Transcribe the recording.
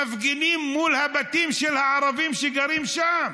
מפגינים מול הבתים של הערבים שגרים שם,